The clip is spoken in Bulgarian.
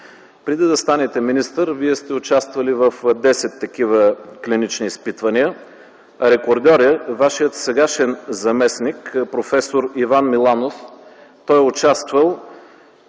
Преди да станете министър, Вие сте участвали в 10 такива клинични изпитвания. Рекордьор е Вашият сегашен заместник проф. Иван Миланов. Той е участвал